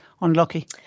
unlucky